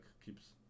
keeps